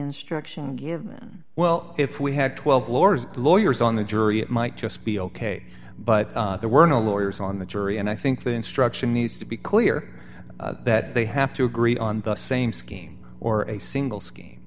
instruction given well if we had twelve floors lawyers on the jury it might just be ok but there were no lawyers on the jury and i think the instruction needs to be clear that they have to agree on the same scheme or a single s